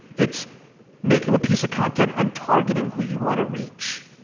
it's making a piece of content and targeting who you wanna reach.